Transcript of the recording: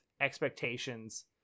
expectations